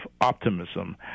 optimism